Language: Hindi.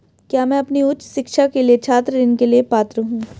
क्या मैं अपनी उच्च शिक्षा के लिए छात्र ऋण के लिए पात्र हूँ?